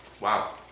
Wow